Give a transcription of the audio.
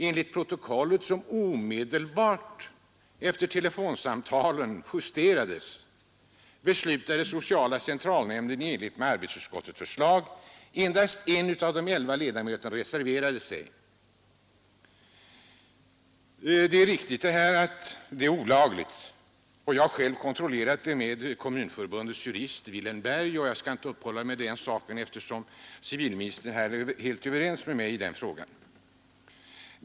Enligt protokollet — som omedelbart efter telefonsamtalen justerades — beslutade sociala centralnämnden i enlighet med arbetsutskottets förslag. Endast en av de elva ledamöterna reserverade sig. Det är riktigt att det är olagligt med sådana här telefonsammanträden. Jag har själv kontrollerat saken med Kommunförbundets jurist Vilhelm Berg; jag skall emellertid inte uppehålla mig vid detta eftersom civilministern är helt överens med mig i den frågan.